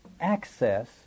access